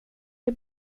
det